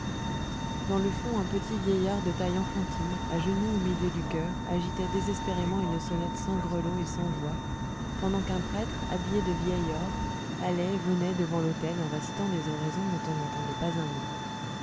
dans le fond un petit vieillard de taille enfantine à genoux au milieu du chœur agitait désespérément une sonnette sans grelot et sans voix pendant qu'un prêtre habillé de vieil or allait venait devant l'autel en récitant des oraisons dont on n'entendait pas un mot